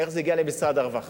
איך זה הגיע למשרד הרווחה,